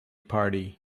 party